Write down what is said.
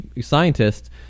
scientists